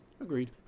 Agreed